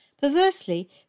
Perversely